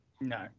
No